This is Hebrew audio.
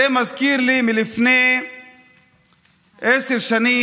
זה מזכיר לי את המחאה החברתית לפני עשר שנים,